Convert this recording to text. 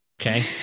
Okay